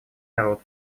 народ